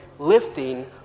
Lifting